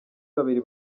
babiri